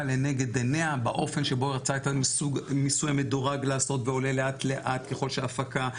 לנגד עיניה לעשות ועולה לאט לאט ככל שההפקה ,